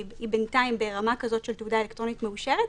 היא בינתיים ברמה כזו של תעודה אלקטרונית מאושרת,